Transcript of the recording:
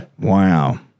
Wow